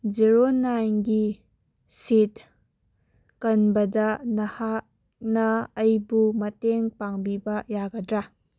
zero ꯅꯥꯏꯟꯒꯤ seat ꯀꯟꯕꯗ ꯅꯍꯥꯛꯅ ꯑꯩꯕꯨ ꯃꯇꯦꯡ ꯄꯥꯡꯕꯤꯕ ꯌꯥꯒꯗ꯭ꯔꯥ